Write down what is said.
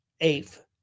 eighth